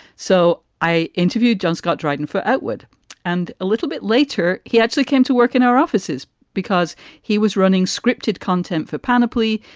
so i interviewed john scott driton for outward and a little bit later he actually came to work in our offices because he was running scripted content for panoply,